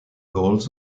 goals